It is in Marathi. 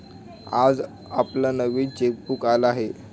आज आपलं नवीन चेकबुक आलं आहे